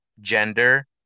gender